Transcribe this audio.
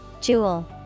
Jewel